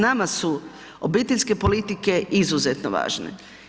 Nama su obiteljske politike izuzetno važne.